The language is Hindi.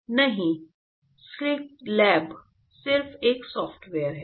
नहीं साईलैब सिर्फ एक सॉफ्टवेयर है